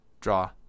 draw